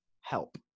Help